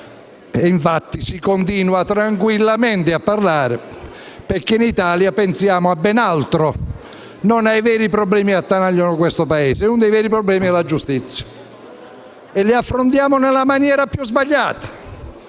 Infatti si continua tranquillamente a parlare, perché in Italia pensiamo a ben altro e non ai veri problemi che attanagliano questo Paese, e uno di questi problemi è la giustizia. E li affrontiamo nella maniera più sbagliata,